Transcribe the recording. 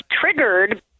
triggered